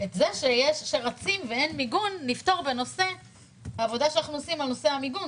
את זה שרצים ואין מיגון נצטרך לפתור בעבודה שאנחנו עושים בנושא המיגון,